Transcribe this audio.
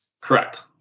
Correct